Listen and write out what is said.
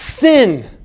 sin